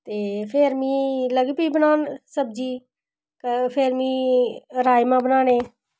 ते फिर में लग्गी पेई बनान सब्जी ते फिर में राजमांह् बनाने न